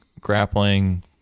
grappling